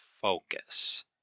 focus